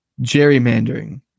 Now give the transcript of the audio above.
Gerrymandering